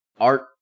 art